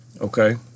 Okay